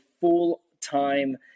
full-time